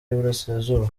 y’uburasirazuba